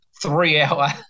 three-hour